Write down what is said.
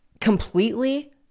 completely